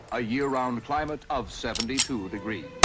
a year-round climate of seventy two degrees.